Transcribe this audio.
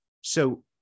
So-